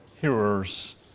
hearers